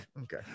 Okay